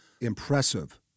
impressive